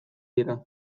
dira